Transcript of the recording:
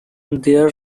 their